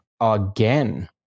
again